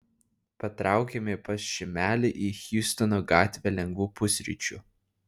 patraukėme pas šimelį į hjustono gatvę lengvų pusryčių